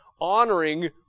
honoring